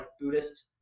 Buddhist